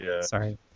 sorry